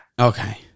Okay